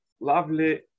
lovely